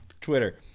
Twitter